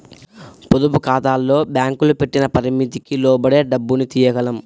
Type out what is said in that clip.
పొదుపుఖాతాల్లో బ్యేంకులు పెట్టిన పరిమితికి లోబడే డబ్బుని తియ్యగలం